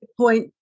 point